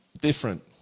different